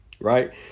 right